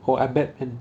ho~ I bad man